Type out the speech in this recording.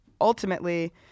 ultimately